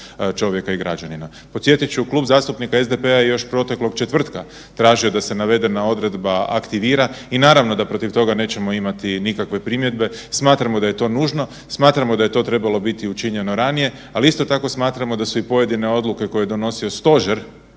čovjeka i građanina. Podsjetit ću, Klub zastupnika SDP-a još je proteklog četvrtka tražio da se navedena odredba aktivira i naravno da protiv toga nećemo imati nikakve primjedbe, smatramo da je to nužno, smatramo da je to trebalo biti učinjeno ranije, ali isto tako smatramo da su pojedine odluke koje je donosio stožer,